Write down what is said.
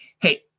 hey